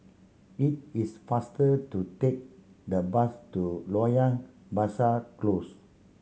it is faster to take the bus to Loyang Besar Close